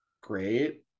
great